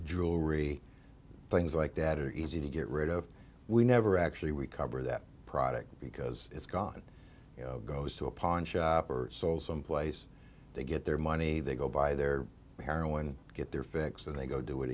jewelry things like that are easy to get rid of we never actually recover that product because it's gone you know goes to a pawn shop or sold some place they get their money they go buy their heroin get their fix and they go do it